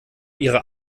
ihrer